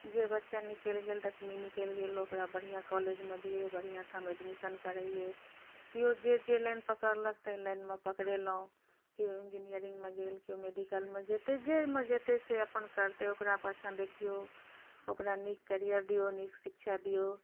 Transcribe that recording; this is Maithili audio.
जे बच्चा निकलि गेल दसमी निकलि गेल ओकरा बढ़िआँ कॉलेजमे दियै बढ़िआँ ठाम एडमिसन करैयै कियो जे जे लाइन पकड़लक ताहि लाइनमे पकड़ेलहुँ कियो इंजीनियरिंगमे गेल कियो मेडिकलमे जेतै जाहिमे जेतै से अपन करतै ओकरा पाछाँ देखियौ ओकरा नीक कैरियर दियौ नीक शिक्षा दियौ